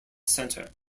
center